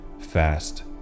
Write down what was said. fast